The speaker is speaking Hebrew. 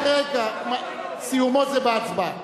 סיומו זה בהצבעה.